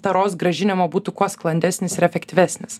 taros grąžinimo būtų kuo sklandesnis ir efektyvesnis